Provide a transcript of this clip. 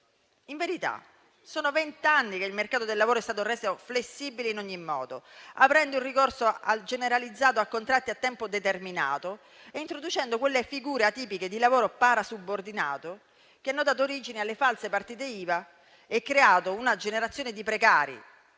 In verità, sono vent'anni che il mercato del lavoro è stato reso flessibile in ogni modo, aprendo il ricorso generalizzato a contratti a tempo determinato e introducendo quelle figure atipiche di lavoro parasubordinato che hanno dato origine alle false partite Iva e creato una generazione di precari